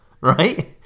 right